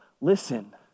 listen